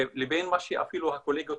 לבין מה שאפילו הקולגות,